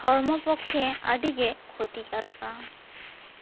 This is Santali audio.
ᱦᱚᱲᱢᱚ ᱯᱚᱠᱷᱮ ᱟᱹᱰᱤ ᱜᱮ ᱠᱷᱩᱛᱤ ᱠᱟᱨᱚᱠᱟ